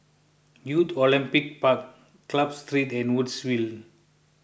Youth Olympic Park Club Street and Woodsville